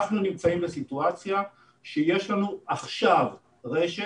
אנחנו נמצאים בסיטואציה שיש לנו עכשיו רשת